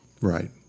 Right